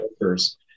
workers